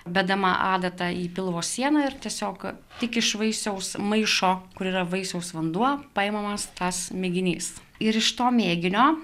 bedama adata į pilvo sieną ir tiesiog tik iš vaisiaus maišo kur yra vaisiaus vanduo paimamas tas mėginys ir iš to mėginio